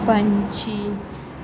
ਪੰਛੀ